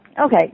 Okay